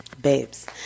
babes